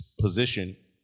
position